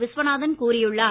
விஸ்வநாதன் கூறியுள்ளார்